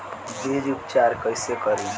बीज उपचार कईसे करी?